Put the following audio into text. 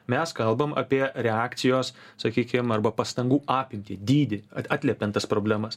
mes kalbam apie reakcijos sakykim arba pastangų apimtį dydį atliepiant tas problemas